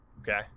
Okay